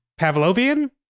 Pavlovian